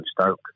Stoke